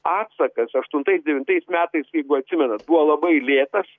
atsakas aštuntais devintais metais jeigu atsimenat buvo labai lėtas